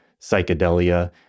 psychedelia